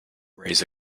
raise